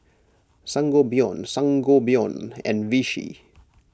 Sangobion Sangobion and Vichy